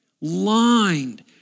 lined